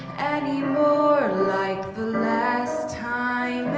anymore like the last time